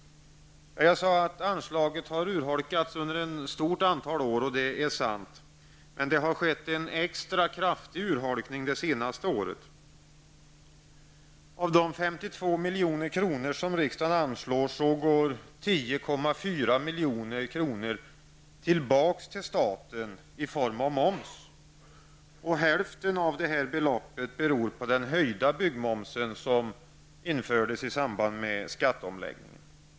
Jag sade att anslaget har urholkats under ett stort antal år, och det är sant, men det har skett en extra kraftig urholkning under det senaste året. Av de 52 tillbaks till staten i form av moms. Hälften av detta belopp beror på den höjda byggmomsen som infördes i samband med skatteomläggningen.